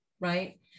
right